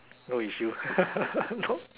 no issue no